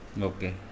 okay